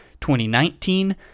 2019